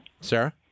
Sarah